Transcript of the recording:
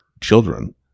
children